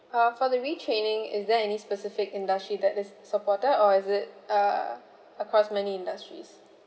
uh for the re training is there any specific industry that is supported or is it uh across many industries